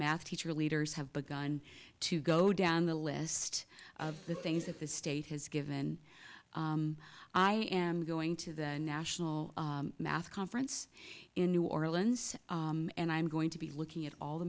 math teacher leaders have begun to go down the list of the things that the state has given i am going to the national math conference in new orleans and i'm going to be looking at all the